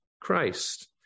Christ